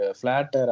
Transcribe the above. flat